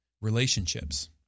relationships